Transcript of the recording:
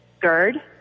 GERD